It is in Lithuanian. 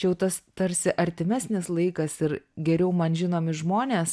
čia jau tas tarsi artimesnis laikas ir geriau man žinomi žmonės